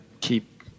keep